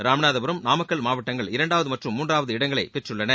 ராமநாதபுரம் நாமக்கல் மாவட்டங்கள் இரண்டாவது மற்றும் மூன்றாவது இடங்களைப் பெற்றுள்ளன